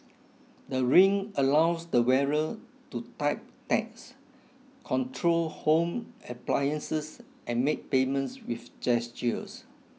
the ring allows the wearer to type texts control home appliances and make payments with gestures